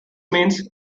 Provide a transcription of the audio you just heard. means